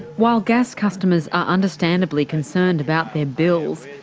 while gas customers are understandably concerned about their bills,